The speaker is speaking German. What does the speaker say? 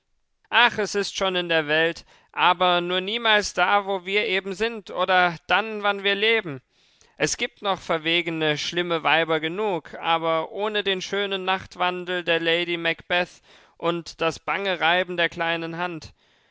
ach es ist schon in der welt aber nur niemals da wo wir eben sind oder dann wann wir leben es gibt noch verwegene schlimme weiber genug aber ohne den schönen nachtwandel der lady macbeth und das bange reiben der kleinen hand